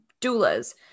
doulas